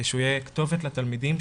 שהוא יהיה כתובת לתלמידים,